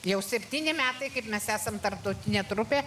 jau septyni metai kaip mes esam tarptautinė trupė